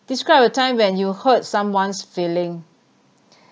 describe a time when you hurt someone's feeling